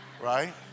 Right